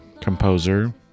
composer